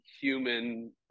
human